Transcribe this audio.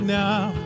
now